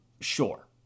Sure